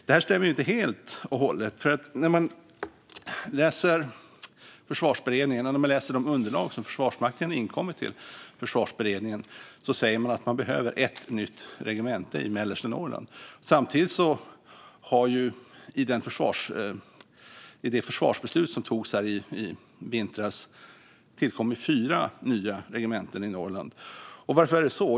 Detta stämmer inte helt och hållet. I Försvarsberedningen och de underlag från Försvarsmakten som har inkommit till Försvarsberedningen säger man att man behöver ett nytt regemente i mellersta Norrland. Samtidigt har det genom det försvarsbeslut som togs i vintras tillkommit fyra nya regementen i Norrland. Varför är det så?